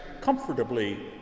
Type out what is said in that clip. comfortably